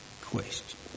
question